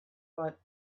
but